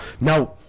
now